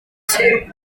clients